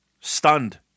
stunned